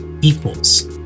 equals